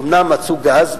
אומנם מצאו גז בכמויות,